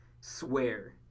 swear